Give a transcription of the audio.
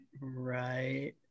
right